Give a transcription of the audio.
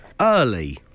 Early